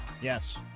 Yes